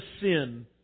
sin